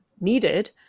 needed